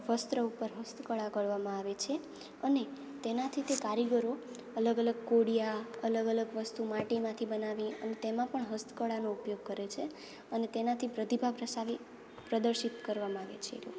વસ્ત્ર ઉપર હસ્તકળા કરવામાં આવે છે અને તેનાથી તે કારીગરો અલગ અલગ કોડિયા અલગ અલગ વસ્તુ માટીમાંથી બનાવી અને તેમાં પણ હસ્તકળાનો ઉપયોગ કરે છે અને તેનાથી પ્રતિભા પ્રસારિત પ્રદર્શિત કરવા માગે છે એ લોકો